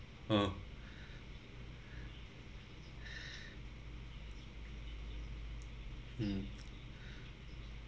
uh mm